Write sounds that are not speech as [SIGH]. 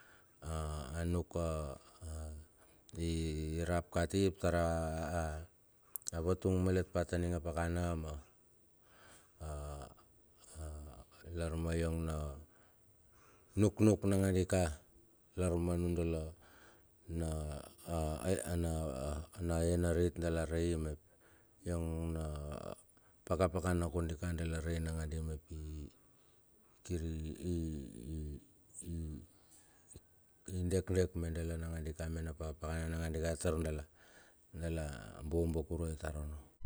A anuka a irap lkati ap tar a vatung malet pa ta ning a pakana ma [HESITATION] me yong na nuknuk nakandika lar manudala, na a [HESITATION] na e narit dala rei mep kir [HESITATION] dekdek me dala nagandi ka me na pakapakana nagandi ka tar dala dala bobo kurai tar onno.